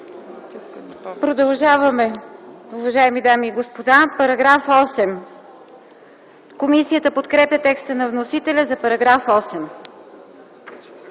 Продължаваме, уважаеми дами и господа. Параграф 8. Комисията подкрепя текста на вносителя за § 8.